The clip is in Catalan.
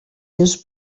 seus